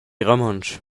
romontsch